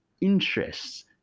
interests